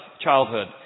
childhood